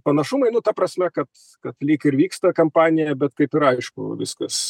panašumai nu ta prasme kad kad lyg ir vyksta kampanija bet kaip ir aišku viskas